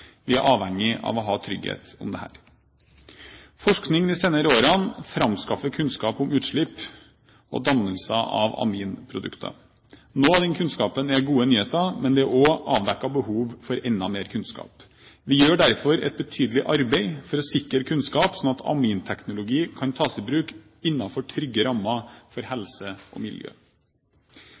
Vi er avhengig av å ha trygghet om dette. Forskning de senere årene har framskaffet kunnskap om utslipp og dannelse av aminprodukter. Noe av den kunnskapen er gode nyheter, men det er også avdekket behov for enda mer kunnskap. Vi gjør derfor et betydelig arbeid for å sikre kunnskap, slik at aminteknologi kan tas i bruk innenfor trygge rammer for helse og miljø.